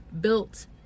built